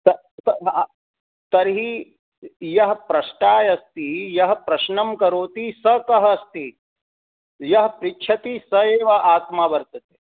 तर्हि यः प्रष्टा अस्ति यः प्रश्नं करोति स कः अस्ति यः पृच्छति स एव आत्मा वर्तते